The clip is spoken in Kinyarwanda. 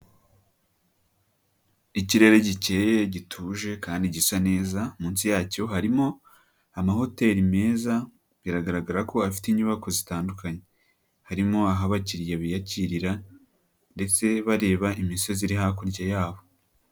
Ikirere gike gituje kandi gisa neza, munsi yacyo harimo amahoteri meza, biragaragara ko afite inyubako zitandukanye. Harimo aho abakiriya biyakirira ndetse bareba imisozi iri hakurya yaho.